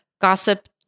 gossip